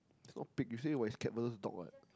is not pig is a Capless dog what